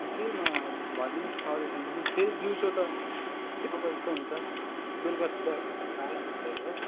केही भनिदिनोस् सजेसन दिनोस् फेरि दिउँसो त भएको जस्तो हुन्छ बेलुका सुत्दा ज्वरो आइहाल्छ फेरि हो